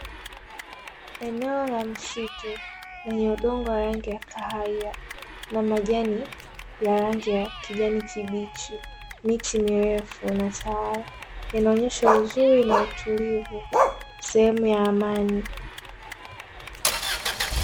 Eneo la msitu, lenye udongo wa rangi ya kahawia na majani ya rangi ya kijani kibichi, miti mirefu iliyotawala, inaonyesha uzuri na utulivu sehemu ya amani.